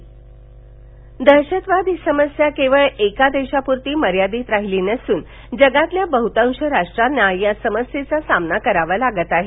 BIMSTEC समारोप दहशतवाद ही समस्या केवळ एका देशापुरती मर्यादित राहिली नसून जगातील बहुतांश राष्ट्रांना या समस्येचा सामना करावा लागत आहे